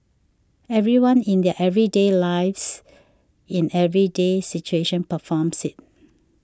everyone in their everyday lives in everyday situation performs it